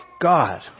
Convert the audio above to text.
God